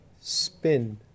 Spin